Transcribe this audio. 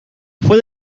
fue